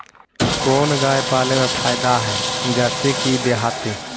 कोन गाय पाले मे फायदा है जरसी कि देहाती?